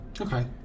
Okay